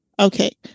Okay